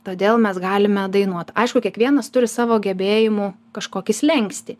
todėl mes galime dainuot aišku kiekvienas turi savo gebėjimų kažkokį slenkstį